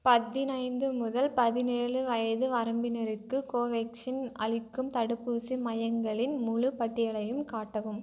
பதினைந்து முதல் பதினேழு வயது வரம்பினருக்கு கோவேக்ஸின் அளிக்கும் தடுப்பூசி மையங்களின் முழு பட்டியலையும் காட்டவும்